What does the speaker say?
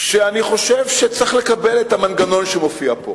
שאני חושב שצריך לקבל את המנגנון שמופיע פה.